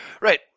Right